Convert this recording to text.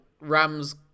rams